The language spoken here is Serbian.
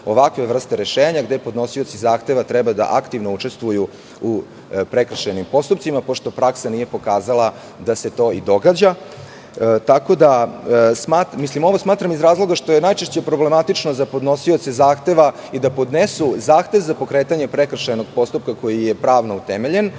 ovakve vrste rešenja, gde podnosioci zahteva treba aktivno da učestvuju u prekršajnim postupcima, pošto praksa nije pokazala da se to i događa. Ovo smatram iz razloga što je najčešće problematično za podnosioce zahteva, da podnesu zahtev za pokretanje prekršajnog postupka koji je pravno utemeljen.